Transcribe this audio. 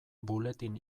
buletin